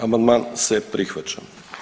Amandman se prihvaća.